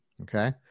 Okay